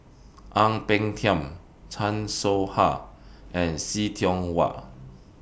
Ang Peng Tiam Chan Soh Ha and See Tiong Wah